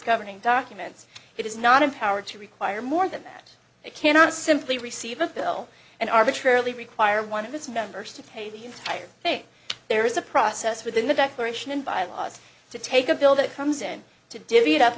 governing documents it is not empowered to require more than that it cannot simply receive a bill and arbitrarily require one of its members to pay the entire thing there is a process within the declaration and bylaws to take a bill that comes in to divvy it up